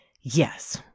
yes